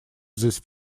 this